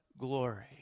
glory